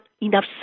enough